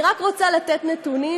אני רק רוצה לתת נתונים,